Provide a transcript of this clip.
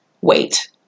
wait